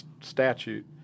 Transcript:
statute